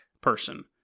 person